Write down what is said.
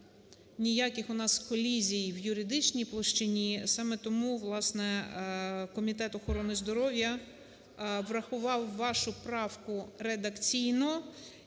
ніяких у нас колізій в юридичній площині, саме тому, власне, Комітет охорони здоров'я врахував вашу правку редакційно.